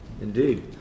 Indeed